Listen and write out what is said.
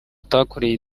atakoreye